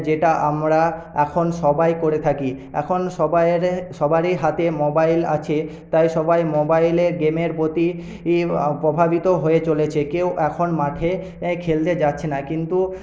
যেটা আমরা এখন সবাই করে থাকি এখন সবাইয়েরে সবারই হাতে মোবাইল আছে তাই সবাই মোবাইলের গেমের প্রতি প্রভাবিত হয়ে চলেছে কেউ এখন মাঠে খেলতে যাচ্ছে না কিন্তু